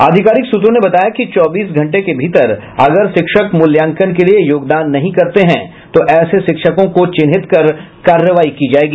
आधिकारिक सूत्रों ने बताया कि चौबीस घंटे के भीतर अगर शिक्षक मूल्यांकन के लिए योगदान नहीं करते हैं तो ऐसे शिक्षकों को चिन्हित कर कार्रवाई की जायेगी